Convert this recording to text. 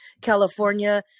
California